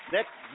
Next